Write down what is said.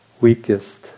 weakest